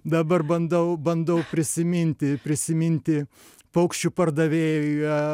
dabar bandau bandau prisiminti prisiminti paukščių pardavėją